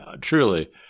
truly –